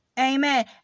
Amen